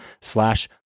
slash